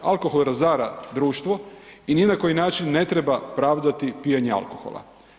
Alkohol razara društvo i ni na koji način ne treba pravdati pijenje alkohola.